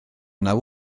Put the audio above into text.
naw